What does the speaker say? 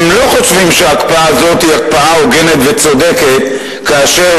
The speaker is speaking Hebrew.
לא חושבים שההקפאה הזאת היא הקפאה הוגנת וצודקת כאשר